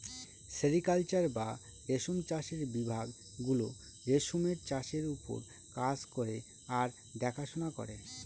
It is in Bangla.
সেরিকালচার বা রেশম চাষের বিভাগ গুলো রেশমের চাষের ওপর কাজ করে আর দেখাশোনা করে